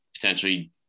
potentially